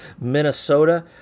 Minnesota